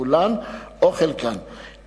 כולן או חלקן,